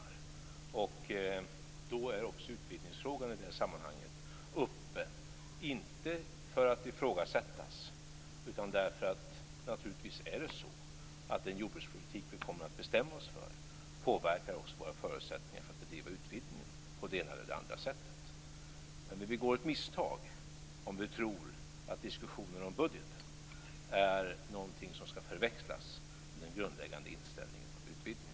I det sammanhanget är också utvidgningsfrågan uppe, inte för att ifrågasättas utan därför att den jordbrukspolitik som man bestämmer sig för påverkar också våra förutsättningar för att driva utvidgningen på det ena eller andra sättet. Bo Könberg begår ett misstag om han tror att diskussionerna om budgeten är någonting som skall förväxlas med den grundläggande inställningen till utvidgningen.